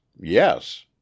yes